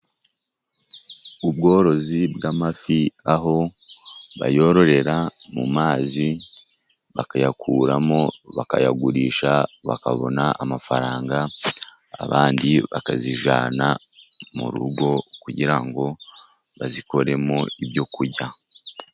Ubworozi bw'amafi, aho bayororera mu mazi, bakayakuramo, bakayagurisha, bakabona amafaranga, abandi bakazijyana mu rugo kugira ngo bazikoremo ibyo kurya.